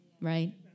Right